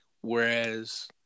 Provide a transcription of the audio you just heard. whereas